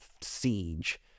siege